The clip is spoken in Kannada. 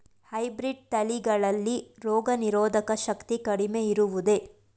ಹೈಬ್ರೀಡ್ ತಳಿಗಳಲ್ಲಿ ರೋಗನಿರೋಧಕ ಶಕ್ತಿ ಕಡಿಮೆ ಇರುವುದೇ?